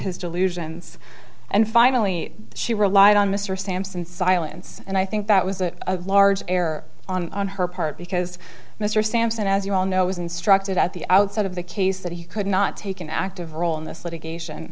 his delusions and finally she relied on mr sampson silence and i think that was a large error on her part because mr sampson as you all know was instructed at the outset of the case that he could not take an active role in this litigation